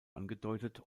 angedeutet